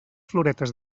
floretes